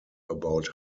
about